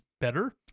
better